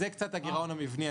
בשקף הזה זה קצת הגירעון המבני,